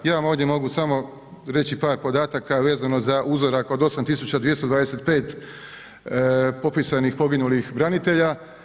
Ja vam ovdje mogu samo reći par podataka vezano za uzorak od 8 tisuća 225 popisanih poginulih branitelja.